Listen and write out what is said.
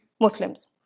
Muslims